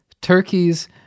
Turkeys